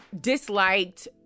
disliked